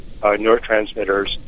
neurotransmitters